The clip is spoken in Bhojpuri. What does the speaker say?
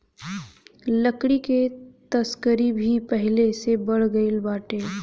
लकड़ी के तस्करी भी पहिले से बढ़ गइल बाटे